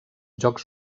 jocs